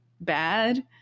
bad